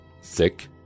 Sick